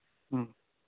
ꯎꯝ